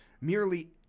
Merely